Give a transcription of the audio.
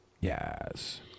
Yes